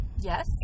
Yes